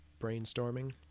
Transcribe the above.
brainstorming